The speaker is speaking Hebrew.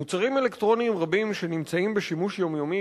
מוצרים אלקטרוניים רבים שנמצאים בשימוש יומיומי